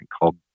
called